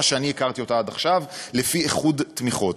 שאני הכרתי אותה עד עכשיו לפי איחוד תמיכות.